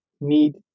need